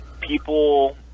people